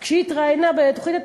היא התראיינה בתוכנית טלוויזיה,